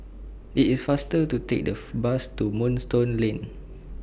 IT IS faster to Take The Bus to Moonstone Lane